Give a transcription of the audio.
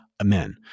Amen